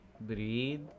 breathe